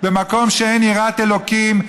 במקום שאין יראת אלוקים,